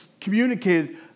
communicated